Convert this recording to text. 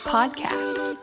Podcast